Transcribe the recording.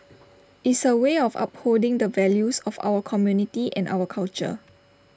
is A way of upholding the values of our community and our culture